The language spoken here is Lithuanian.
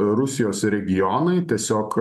rusijos regionai tiesiog